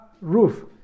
roof